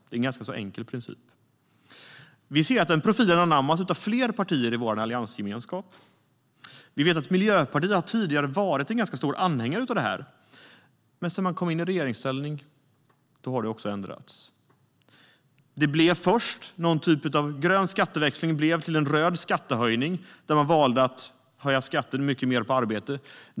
Det är en ganska enkel princip. Vi ser att den profilen har anammats av fler partier i vår alliansgemenskap. Miljöpartiet har tidigare varit en ganska stor anhängare av grön skatteväxling. Men sedan man kom i regeringsställning har det ändrats. Grön skatteväxling blev först till en röd skattehöjning där man valde att höja skatten på arbete.